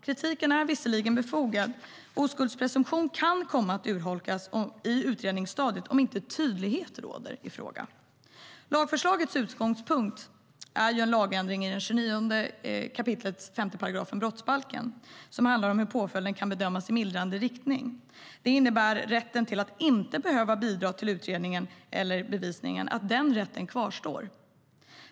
Kritiken är visserligen befogad, fru talman - oskuldspresumtionen kan komma att urholkas i utredningsstadiet om inte tydlighet råder i frågan. Lagförslagets utgångspunkt är en lagändring i 29 kap. 5 § i brottsbalken, vilken handlar om hur påföljden kan bedömas i mildrande riktning. Det innebär att rätten att inte behöva bidra till utredningen eller bevisningen kvarstår.